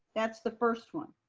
that's the first one.